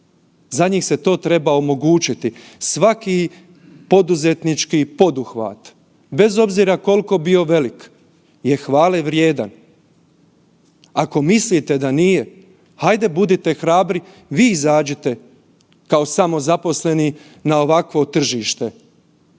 za njih se to treba omogućiti. Svaki poduzetnički poduhvat, bez obzira koliko bio velik je hvale vrijedan. Ako mislite da nije, hajde budite hrabri vi izađite kao samozaposleni na ovakvo tržište